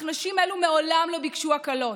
אך נשים אלה מעולם לא ביקשו הקלות,